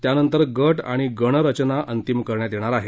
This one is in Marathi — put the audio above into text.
त्यानंतर गट आणि गण रचना अंतिम करण्यात येणार आहे